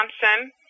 Johnson